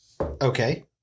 okay